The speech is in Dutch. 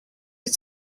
dit